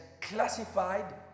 classified